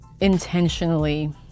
intentionally